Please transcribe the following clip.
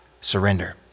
Surrender